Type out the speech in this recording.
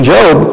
Job